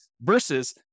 versus